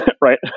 right